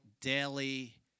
daily